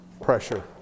Pressure